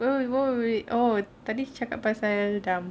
where were we oh tadi cakap pasal dam